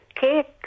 cake